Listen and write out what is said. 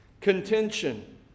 contention